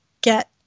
get